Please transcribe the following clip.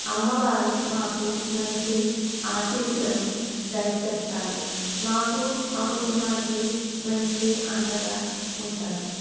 అమ్మవారు మాకు మంచి ఆశీస్సులను దయచేస్తారు మాకు మా కుటుంబానికి మంచి అండగా ఉంటారు